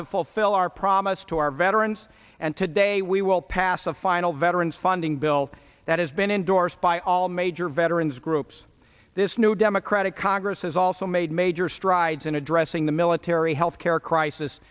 to fulfill our promise to our veterans and today we will pass a final veterans funding bill that has been endorsed by all major veterans groups this new democratic congress has also made major strides in addressing the military healthcare crisis